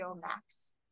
max